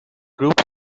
group